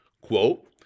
Quote